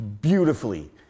beautifully